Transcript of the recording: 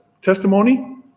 Testimony